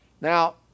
Now